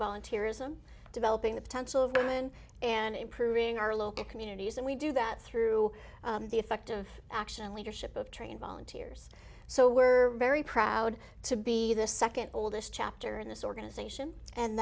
volunteerism developing the potential of women and improving our local communities and we do that through the effective action leadership of train volunteers so we're very proud to be the second oldest chapter in this organization and